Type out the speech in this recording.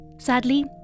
Sadly